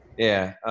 yeah,